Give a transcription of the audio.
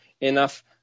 enough